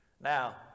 Now